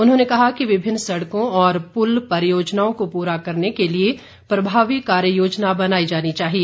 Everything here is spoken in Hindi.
उन्होंने कहा कि विभिन्न सड़कों और पुल परियोजनाओं को पूरा करने के लिए प्रभावी कार्य योजना बनाई जानी चाहिए